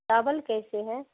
چاول کیسے ہے